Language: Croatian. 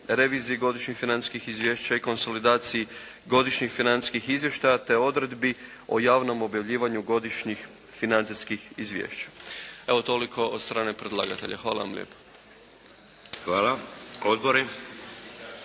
reviziji godišnjih financijskih izvješća i konsolidaciji godišnjih financijskih izvještaja te odredbi o javnom objavljivanju godišnjih financijskih izvješća. Evo toliko od strane predlagatelja. Hvala vam lijepo. **Šeks,